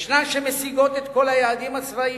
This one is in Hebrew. ישנן שמשיגות את כל היעדים הצבאיים,